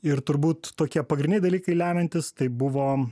ir turbūt tokie pagrindiniai dalykai lemiantys tai buvo